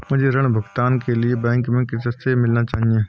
मुझे ऋण भुगतान के लिए बैंक में किससे मिलना चाहिए?